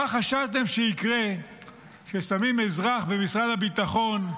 מה חשבתם שיקרה כששמים אזרח במשרד הביטחון,